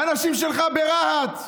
האנשים שלך ברהט,